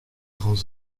grands